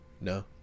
No